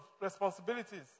responsibilities